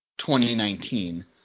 2019